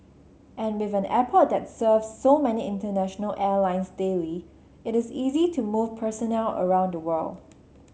and with an airport that serves so many international airlines daily it is easy to move personnel around the world